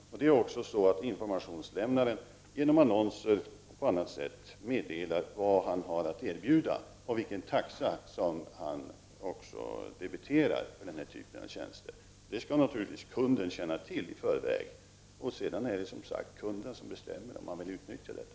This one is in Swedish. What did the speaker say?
Genom annonser och på annat sätt meddelar informationslämnaren vad han har att erbjuda och vilken taxa han debiterar för den här typen av tjänster. Det skall naturligtvis kunden känna till i förväg. Sedan är det som sagt kunden som bestämmer om han vill utnyttja tjänsten.